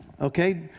Okay